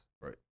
Right